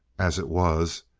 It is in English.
as it was,